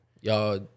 Y'all